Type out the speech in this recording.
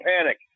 panic